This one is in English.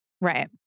Right